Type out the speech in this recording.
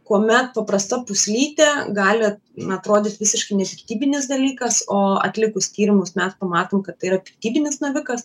kuomet paprasta pūslytė gali n atrodyt visiškai nepiktybinis dalykas o atlikus tyrimus mes pamatom kad tai yra piktybinis navikas